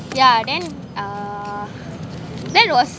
yeah then uh that was